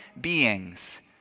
beings